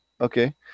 Okay